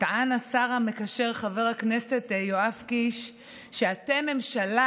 טען השר המקשר חבר הכנסת יואב קיש שאתם ממשלה